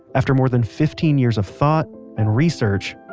after more than fifteen years of thought, and research,